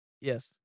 yes